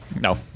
no